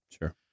Sure